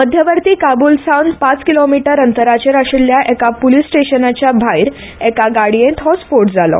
मध्यवर्ती काबूल सावन पांच किलो मिटर अंतराचेर आशिल्ल्या एका पुलीस स्टेशनाचे भायर एका गाडयेंत हो स्फोट जालो